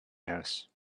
house